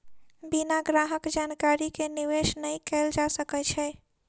बिना ग्राहक जानकारी के निवेश नै कयल जा सकै छै